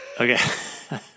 Okay